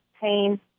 pain